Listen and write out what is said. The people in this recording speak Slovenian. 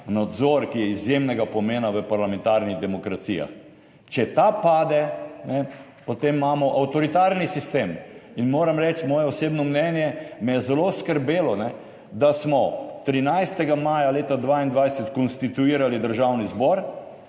nadzor, ki je izjemnega pomena v parlamentarnih demokracijah. Če ta pade, potem imamo avtoritarni sistem. In moram reči, moje osebno mnenje, me je zelo skrbelo, da smo 13. maja leta 2022 konstituirali Državni zbor,